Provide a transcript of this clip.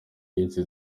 nyinshi